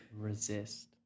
resist